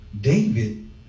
David